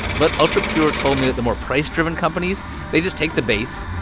but ultra pure told me that the more price-driven companies they just take the base,